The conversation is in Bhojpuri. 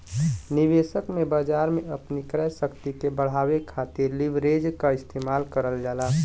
निवेशक बाजार में अपनी क्रय शक्ति के बढ़ावे खातिर लीवरेज क इस्तेमाल करल जाला